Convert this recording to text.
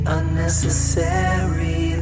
unnecessary